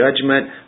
judgment